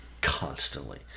constantly